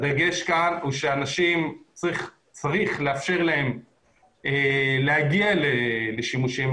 הדגש כאן הוא שצריך לאפשר לאנשים להגיע לשימושים.